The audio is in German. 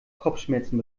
kopfschmerzen